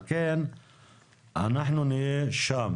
על כן אנחנו נהיה שם